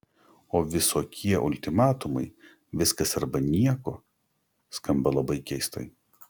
o visokie ultimatumai viskas arba nieko skamba labai keistai